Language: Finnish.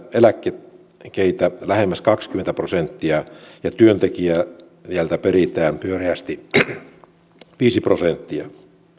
eläkkeitä lähemmäs kaksikymmentä prosenttia ja työntekijältä peritään pyöreästi viisi prosenttia